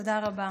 תודה רבה.